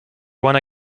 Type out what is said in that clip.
wanna